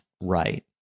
Right